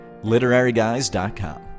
literaryguys.com